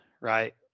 right